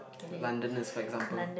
Londoners for example